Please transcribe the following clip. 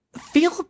feel